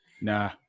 nah